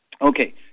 Okay